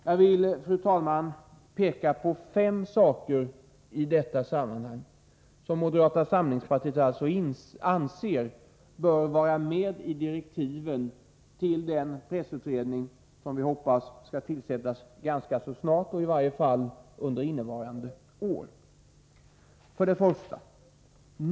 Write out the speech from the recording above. Jag vill, fru talman, peka på fem punkter som moderata samlingspartiet anser bör vara med i direktiven till den pressutredning som vi hoppas skall tillsättas ganska snart — i varje fall under innevarande år. 1.